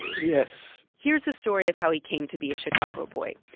yes here's the story of how he came to be a chicago boy.